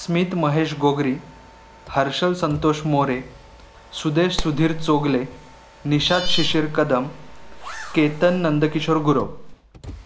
Smith Mahesh Gogri Harshal Santosh More Sudesh Sudhir Chogle Nishad Shishir Kadam Ketan Nandkishore Gurav